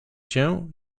się